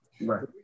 right